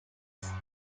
was